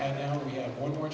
and what